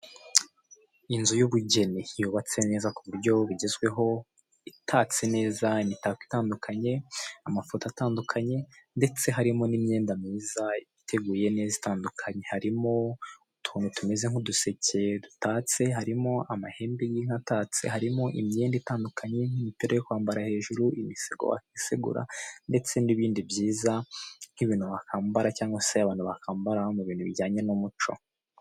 Inzu y'ubugeni yubatse neza ku buryo bugezweho, itatse neza imitako itandukanye, amafoto atandukanye ndetse harimo n'imyenda myiza iteguye neza itandukanye. Harimo utuntu tumeze nk'uduseke dutatse, harimo amahembe y'inka atatse, harimo imyenda itandukanye nk'imipira yo kwambara hejuru, imisego wakisegura ndetse n'ibindi byiza nk'ibintu wakambara cyangwa se abantu bakambara mu bintu bijyanye n'umuco.